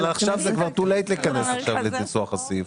אבל עכשיו זה כבר too late להיכנס עכשיו לניסוח הסעיף.